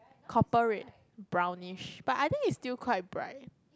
copper red brownish but I think is still quite bright